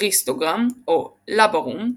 כריסטוגרם או לאבארום,